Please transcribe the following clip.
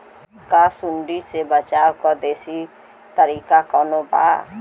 का सूंडी से बचाव क देशी तरीका कवनो बा?